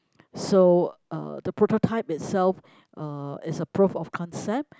so uh the prototype itself uh is a proof of concept